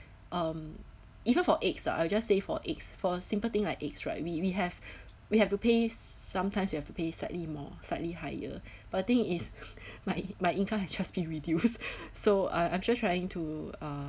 um even for eggs ah I'll just say for eggs for a simple thing like eggs right we we have we have to pay sometimes we have to pay slightly more slightly higher but the thing is my my income has just been reduced so uh I'm still trying to uh